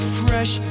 fresh